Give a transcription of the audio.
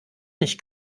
nicht